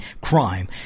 crime